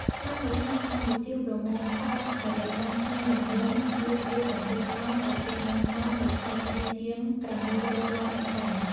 ក្នុងមួយឆ្នាំកម្ពុជាប្រមូលផលម្រេចបានក្នុងរង្វង់ ១,៧ តោន ទៅ ២ ម៉ឺនតោនលើផ្ទៃដីជាង ៦ ពាន់ហិកតា។